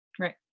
Right